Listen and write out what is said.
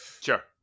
sure